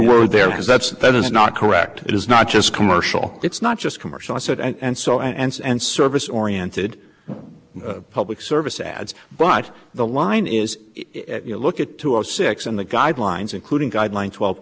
word there because that's that is not correct it is not just commercial it's not just commercial i said and so and and so service oriented public service ads but the line is you look at two of six in the guidelines including guideline twelve